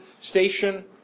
station